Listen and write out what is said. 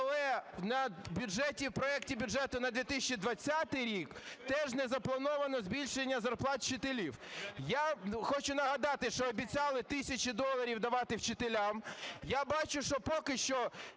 бюджет. Але в проекті бюджету на 2020 рік теж не заплановано збільшення зарплат вчителів. Я хочу нагадати, що обіцяли тисячу доларів давати вчителям. Я бачу, що поки що